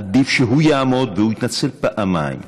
עדיף שהוא יעמוד ויתנצל פעמיים.